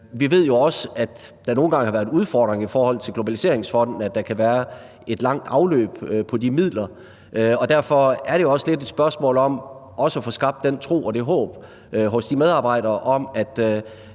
Vi ved jo også, at det nogle gange har været en udfordring i forhold til Globaliseringsfonden, at der kan være et langt afløb på de midler, og derfor er det jo også lidt et spørgsmål om også at få skabt den tro og det håb hos de medarbejdere om, at